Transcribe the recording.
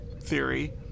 theory